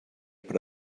per